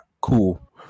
cool